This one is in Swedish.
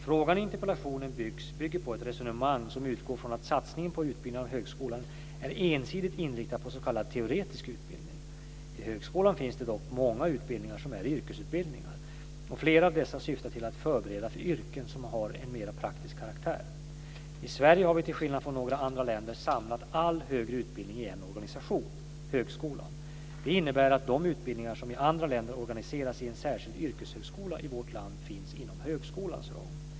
Frågan i interpellationen bygger på ett resonemang som utgår från att satsningen på utbyggnad av högskolan är ensidigt inriktad på s.k. teoretisk utbildning. I högskolan finns det dock många utbildningar som är yrkesutbildningar och flera av dessa syftar till att förbereda för yrken som har en mera praktisk karaktär. I Sverige har vi till skillnad från några andra länder samlat all högre utbildning i en organisation, högskolan. Det innebär att de utbildningar som i andra länder organiserats i en särskild yrkeshögskola i vårt land finns inom högskolans ram.